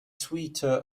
sweeter